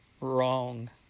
wrong